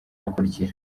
bukurikira